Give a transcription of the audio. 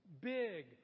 Big